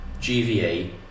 GVA